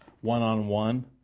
one-on-one